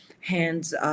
hands